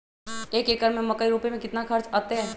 एक एकर में मकई रोपे में कितना खर्च अतै?